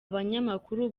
banyamakuru